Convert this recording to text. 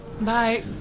Bye